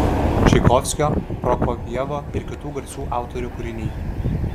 čaikovskio prokofjevo ir kitų garsių autorių kūriniai